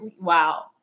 Wow